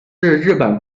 日本